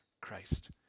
Christ